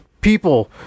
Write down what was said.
people